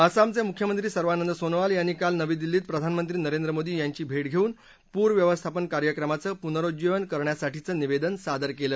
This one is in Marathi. आसामचे मुख्यमंत्री सर्बानंद सोनोवाल यांनी काल नवी दिल्लीत प्रधानमंत्री नरेंद्र मोदी यांची भेट घेऊन पूर व्यवस्थापन कार्यक्रमाचं पुनरुज्जीवन करण्यासाठीचं निवेदन सादर केलं